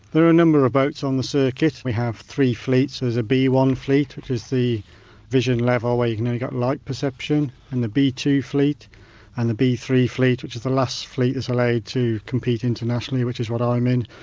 are a number of boats on the circuit, we have three fleets, there's a b one fleet, which is the vision level where you can only get light perception and the b two fleet and the b three fleet, which is the last fleet that's allowed to compete internationally which is what i'm in,